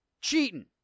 cheating